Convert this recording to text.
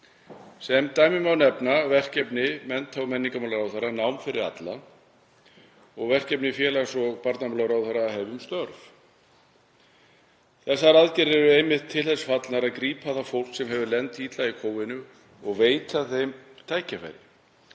Sem dæmi má nefna verkefni mennta- og menningarmálaráðherra Nám fyrir alla og verkefni félags- og barnamálaráðherra Hefjum störf. Þessar aðgerðir eru einmitt til þess fallnar að grípa það fólk sem hefur lent illa í Covid og veita því tækifæri.